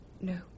No